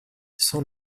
sans